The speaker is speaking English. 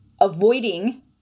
avoiding